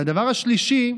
והדבר השלישי,